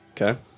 Okay